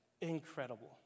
incredible